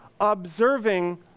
observing